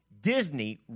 Disney